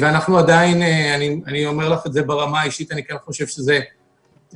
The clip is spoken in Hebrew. אני אומר לך ברמה האישית, אני כן חושב שזה עדיין